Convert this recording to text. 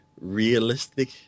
realistic